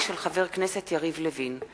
של חבר הכנסת יריב לוין,